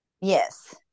yes